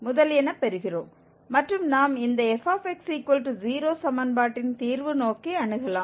முதலியன பெறுகிறோம் மற்றும் நாம் இந்த fx0 சமன்பாட்டின் தீர்வு நோக்கி அணுகலாம்